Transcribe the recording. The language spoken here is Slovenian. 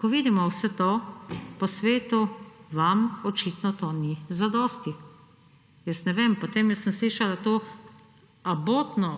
ko vidimo vse to po svetu, vam očitno to ni zadosti. Ne vem. Potem sem slišala to, abotno